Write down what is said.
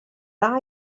dda